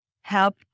help